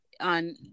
on